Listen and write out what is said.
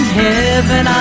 heaven